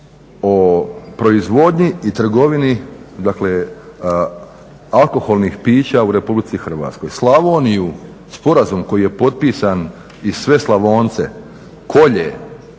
o proizvodnji i trgovini dakle alkoholnih pića u Republici Hrvatskoj. Slavoniju, sporazum koji je potpisan i sve slavonce kolje,